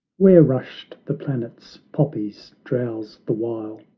where rushed the planets, poppies drowse the while,